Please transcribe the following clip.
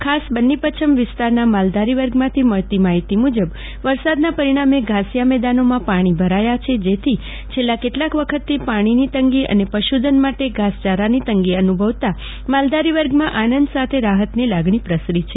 ખાસ બન્ની પચ્છમ સ્ત્રિના માલધારી વર્ગમાંથી મળતી માહિતી મુજબ વરસાદના પરિણામો ઘાસીયા મેદાનોમાં પાણી ભરાયા છે જેથી છેલ્લા કેટલાક વખતથી પાણીની તંગી અને પશુધન માટે ઘાસચારાની તંગી અનુભવતા મલાધારી વર્ગમાં આનંદ સાથે રાહતની લાગણી પ્રસરી છે